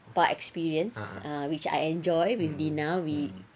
spa experience which I enjoy with lina we